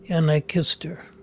and i kissed her